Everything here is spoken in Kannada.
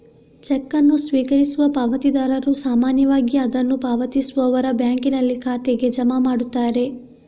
ಚೆಕ್ ಅನ್ನು ಸ್ವೀಕರಿಸುವ ಪಾವತಿದಾರರು ಸಾಮಾನ್ಯವಾಗಿ ಅದನ್ನು ಪಾವತಿಸುವವರ ಬ್ಯಾಂಕಿನಲ್ಲಿ ಖಾತೆಗೆ ಜಮಾ ಮಾಡುತ್ತಾರೆ